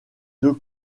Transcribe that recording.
deux